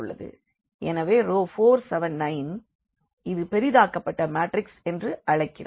எனவே இதை பெரிதாக்கப்பட்ட மேட்ரிக்ஸ் என்று அழைக்கிறோம்